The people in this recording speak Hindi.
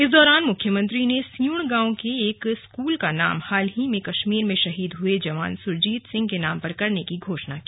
इस दौरान मुख्यमंत्री ने स्यूण गांव के एक स्कूल का नाम हाल में कश्मीर में शहीद हुए जवान सुरजीत सिंह के नाम पर करने की घोषणा की